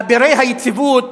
אבירי היציבות,